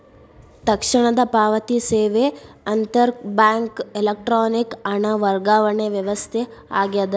ತಕ್ಷಣದ ಪಾವತಿ ಸೇವೆ ಅಂತರ್ ಬ್ಯಾಂಕ್ ಎಲೆಕ್ಟ್ರಾನಿಕ್ ಹಣ ವರ್ಗಾವಣೆ ವ್ಯವಸ್ಥೆ ಆಗ್ಯದ